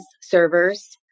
servers